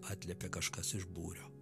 atliepia kažkas iš būrio